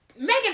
Megan